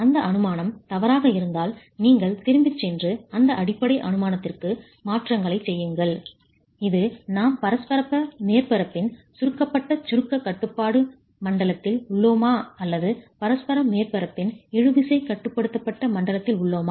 அந்த அனுமானம் தவறாக இருந்தால் நீங்கள் திரும்பிச் சென்று அந்த அடிப்படை அனுமானத்திற்கு மாற்றங்களைச் செய்யுங்கள் இது நாம் பரஸ்பர மேற்பரப்பின் சுருக்கப்பட்ட சுருக்க கட்டுப்பாட்டு மண்டலத்தில் உள்ளோமா அல்லது பரஸ்பர மேற்பரப்பின் இழுவிசை கட்டுப்படுத்தப்பட்ட மண்டலத்தில் உள்ளோமா